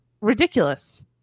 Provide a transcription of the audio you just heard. ridiculous